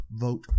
vote